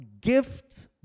Gifts